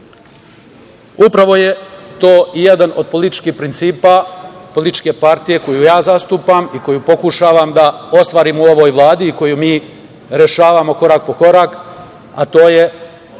način. Upravo je to i jedan od političkih principa političke partije koju ja zastupam i koju pokušavam da ostvarim u ovoj Vladi i koju mi rešavamo korak po korak, a to je